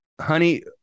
Honey